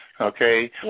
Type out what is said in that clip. okay